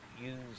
use